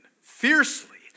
fiercely